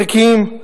ערכיים,